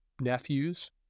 nephews